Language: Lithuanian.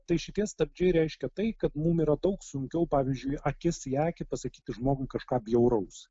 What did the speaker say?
tai šitie stabdžiai reiškia tai kad mum yra daug sunkiau pavyzdžiui akis į akį pasakyti žmogui kažką bjauraus